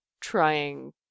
trying